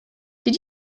did